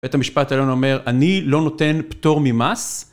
בית המשפט העליון אומר: אני לא נותן פטור ממס...